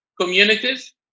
communities